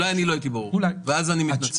אולי אני לא הייתי ברור, ואז אני מתנצל.